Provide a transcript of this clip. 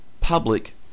public